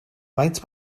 faint